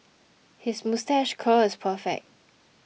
his moustache curl is perfect